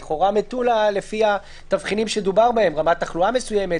לכאורה מטולה עומדת לפי התבחינים שדובר בהם: רמת תחלואה מסוימת,